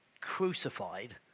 crucified